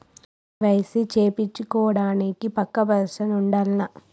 KYC చేపిచ్చుకోవడానికి పక్కా person ఉండాల్నా?